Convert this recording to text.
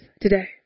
today